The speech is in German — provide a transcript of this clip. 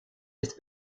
ist